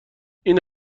این